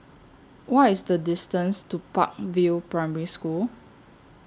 What IS The distance to Park View Primary School